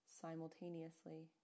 simultaneously